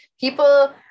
People